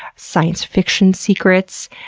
science fiction secrets,